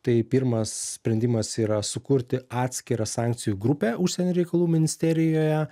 tai pirmas sprendimas yra sukurti atskirą sankcijų grupę užsienio reikalų ministerijoje